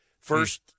First